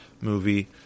movie